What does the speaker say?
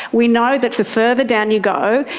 we know that the further down you go,